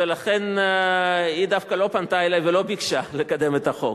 ולכן היא דווקא לא פנתה אלי ולא ביקשה לקדם את החוק,